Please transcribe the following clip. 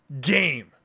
game